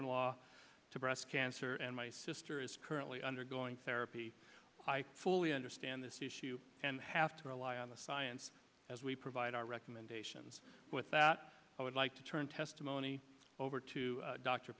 in law to breast cancer and my sister is currently undergoing therapy i fully understand this issue and have to rely on the science as we provide our recommendations with that i would like to turn testimony over to